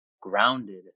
grounded